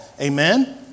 Amen